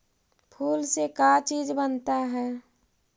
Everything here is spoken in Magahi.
फूल से का चीज बनता है?